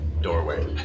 doorway